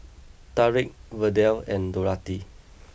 Tariq Verdell and Dorathy